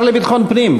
השר לביטחון פנים,